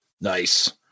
Nice